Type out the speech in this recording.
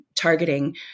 Targeting